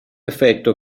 effetto